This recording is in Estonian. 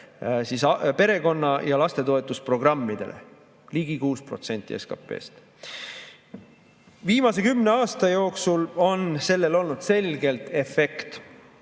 perekonna- ja lastetoetusprogrammidele. Ligi 6% SKP-st! Viimase kümne aasta jooksul on sellel olnud selgelt efekt.